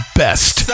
best